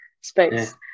space